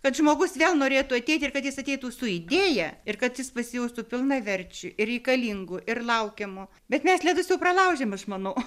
kad žmogus vėl norėtų ateiti ir kad jis ateitų su idėja ir kad jis pasijaustų pilnaverčiu ir reikalingu ir laukiamu bet mes ledus jau pralaužėm aš manau